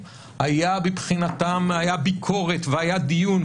תודה רבה.